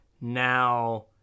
now